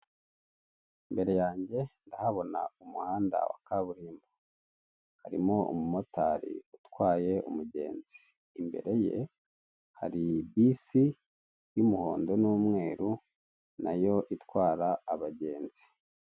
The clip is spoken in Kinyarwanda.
Imbere yange ndahabona umuhanda wa kaburimbo, harimo umumotari utwaye umugenzi, imbere ye hari bisi y'umuhondo n'umweru nayo itwara abagenzi.